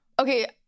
Okay